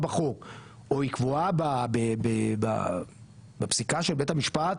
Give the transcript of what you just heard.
בחוק או היא קבועה בפסיקה של בית המשפט,